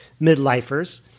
midlifers